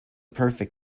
perfect